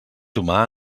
humà